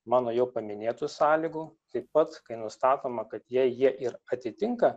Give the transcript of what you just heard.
mano jau paminėtų sąlygų taip pat kai nustatoma kad jei jie ir atitinka